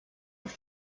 have